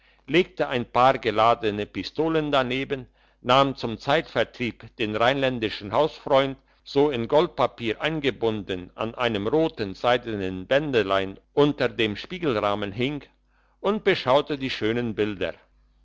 legte ein paar geladene pistolen daneben nahm zum zeitvertreib den rheinländischen hausfreund so in goldpapier eingebunden an einem roten seidenen bändelein unter der spiegelrahmen hing und beschaute die schönen bilder